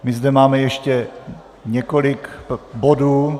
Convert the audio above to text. My zde máme ještě několik bodů.